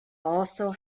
also